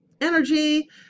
energy